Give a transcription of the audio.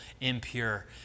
impure